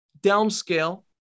downscale